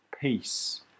peace